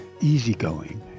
easygoing